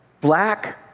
black